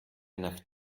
nach